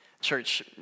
Church